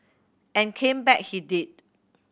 and came back he did